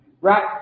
right